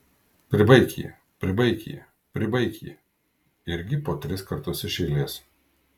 pribaik jį pribaik jį pribaik jį irgi po tris kartus iš eilės